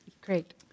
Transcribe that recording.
Great